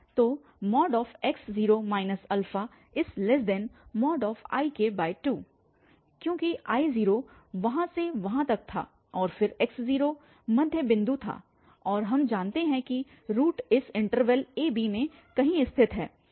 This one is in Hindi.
तो x0 Ik2 क्योंकि I0 वहाँ से वहाँ तक था और फिर x0 मध्य बिंदु था और हम जानते हैं कि रूट इस इन्टरवल ab में कहीं स्थित है